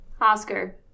Oscar